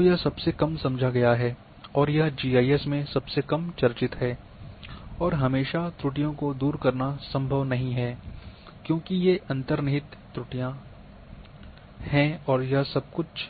तो यह सबसे कम समझा गया है और यह जीआईएस में सबसे कम चर्चित है और हमेशा त्रुटियों को दूर करना संभव नहीं है क्योंकि ये अंतर्निहित त्रुटियां है और सब कुछ